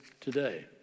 today